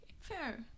fair